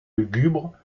lugubre